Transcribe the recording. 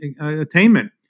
attainment